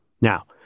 Now